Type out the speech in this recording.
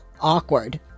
Awkward